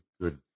good